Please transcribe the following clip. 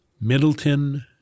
Middleton